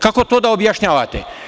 Kako to objašnjavate?